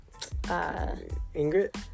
ingrid